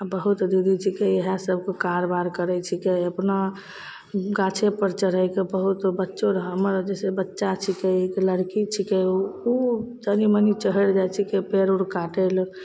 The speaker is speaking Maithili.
आओर बहुत दीदी छिकै इएहसबके कारबार करै छिकै अपना गाछेपर चढ़ैके बहुत बच्चो रहै हमर जइसे बच्चा छिकै एक लड़की छिके ओ ओ तनि मनि चढ़ि जाइ छिकै पेड़ उड़ काटैले